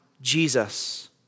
Jesus